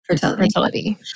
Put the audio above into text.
fertility